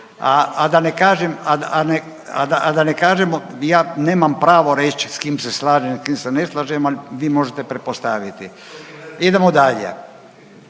a da ne kažemo ja nemamo pravo reći s kim se slažem s kim se ne slažem, ali vi možete pretpostaviti. Idemo dalje.